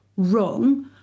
wrong